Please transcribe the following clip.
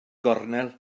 gornel